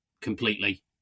completely